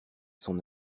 son